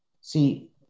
See